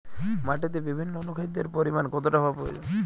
মাটিতে বিভিন্ন অনুখাদ্যের পরিমাণ কতটা হওয়া প্রয়োজন?